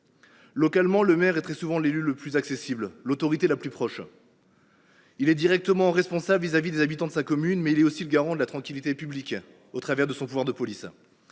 Localement, le maire est très souvent l’élu le plus accessible, l’autorité la plus proche. Il est directement responsable envers les habitants de sa commune, mais il est aussi le garant de la tranquillité publique au travers de son pouvoir de police.